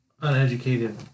uneducated